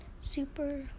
super